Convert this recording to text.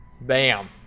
bam